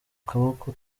kaboko